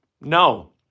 No